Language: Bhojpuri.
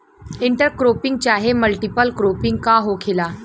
इंटर क्रोपिंग चाहे मल्टीपल क्रोपिंग का होखेला?